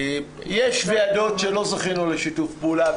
יש ועדות שלא זכינו לשיתוף פעולה,